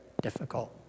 difficult